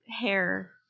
hair